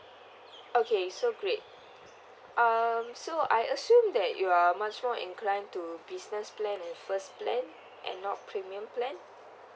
okay so great um so I assume that you are much more inclined to business plan and first plan and not premium plan